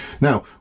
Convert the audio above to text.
Now